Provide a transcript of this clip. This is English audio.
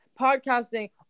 podcasting